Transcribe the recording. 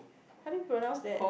how do you pronounce that